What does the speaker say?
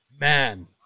man